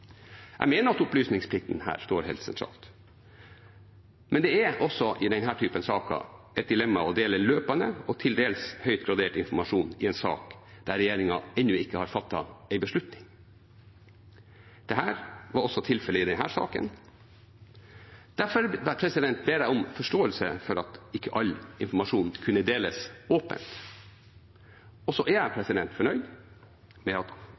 Jeg mener at opplysningsplikten her står helt sentralt, men det er også i denne typen saker et dilemma om en skal dele løpende og til dels høyt gradert informasjon i en sak der regjeringen ennå ikke har fattet en beslutning. Det var også tilfellet i denne saken. Derfor ber jeg om forståelse for at ikke all informasjon kunne deles åpent. Så er jeg fornøyd med at